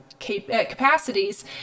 capacities